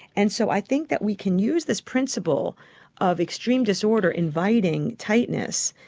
and so i think that we can use this principle of extreme disorder inviting tightness,